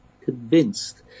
convinced